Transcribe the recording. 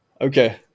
Okay